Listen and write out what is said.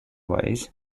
wise